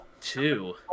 two